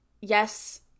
yes